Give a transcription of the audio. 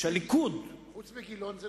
חוץ מגילאון זה,